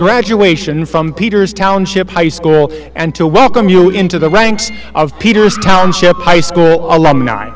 graduation from peters township high school and to welcome you into the ranks of peters township high school